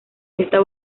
esta